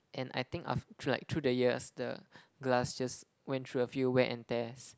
and I think af~ through like through the years the glass just went through a few wear and tears